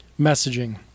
messaging